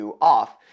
off